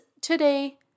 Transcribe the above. today